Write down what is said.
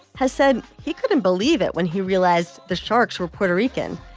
has said he couldn't believe it when he realized the sharks were puerto rican.